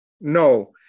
No